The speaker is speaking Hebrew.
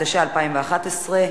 התשע"א 2011,